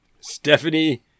Stephanie